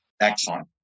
Excellent